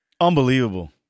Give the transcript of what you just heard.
Unbelievable